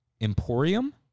Emporium